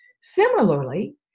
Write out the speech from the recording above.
Similarly